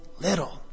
little